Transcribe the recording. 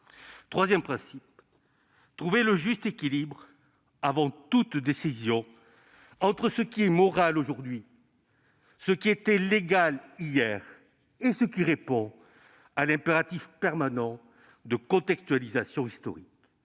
consisterait à trouver le juste équilibre avant toute décision entre ce qui est moral aujourd'hui, ce qui était légal hier et ce qui répond à l'impératif permanent de contextualisation historique.